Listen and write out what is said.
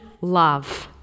love